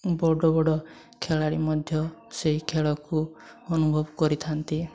ବଡ଼ ବଡ଼ ଖେଳାଳି ମଧ୍ୟ ସେହି ଖେଳକୁ ଅନୁଭବ କରିଥାନ୍ତି